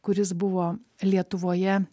kuris buvo lietuvoje